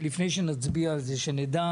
שלפני שנצביע על זה, שנדע